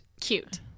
cute